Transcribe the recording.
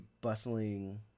bustling